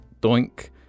Doink